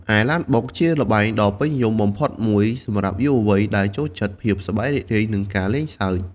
ឯឡានបុក ជាល្បែងដ៏ពេញនិយមបំផុតមួយសម្រាប់យុវវ័យ ដែលចូលចិត្តភាពសប្បាយរីករាយ និងការលេងសើច។